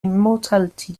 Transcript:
immortality